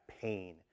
pain